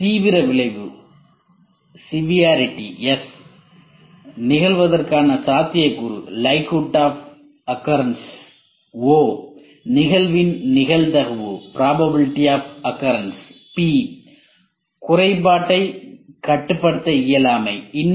தீவிர விளைவுS நிகழ்வதற்கான சாத்தியக்கூறுO நிகழ்வின் நிகழ்தகவு P குறைபாட்டைக் கட்டுப்படுத்த இயலாமை D